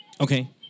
Okay